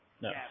No